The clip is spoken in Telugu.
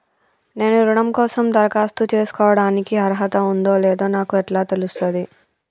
నేను రుణం కోసం దరఖాస్తు చేసుకోవడానికి అర్హత ఉందో లేదో నాకు ఎట్లా తెలుస్తది?